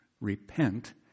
Repent